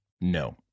no